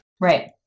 Right